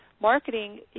marketing